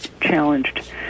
challenged